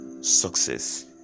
success